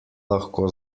lahko